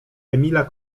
emila